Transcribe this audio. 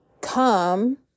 come